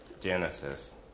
Genesis